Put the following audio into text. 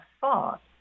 thought